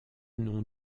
nom